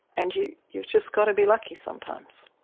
and you've you've just got to be lucky sometimes.